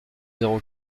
zéro